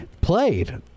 Played